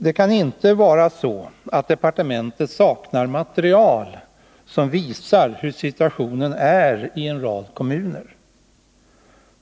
Det kan inte vara så att departementet saknar material som visar hur situationen är i en rad kommuner.